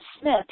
Smith